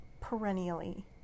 perennially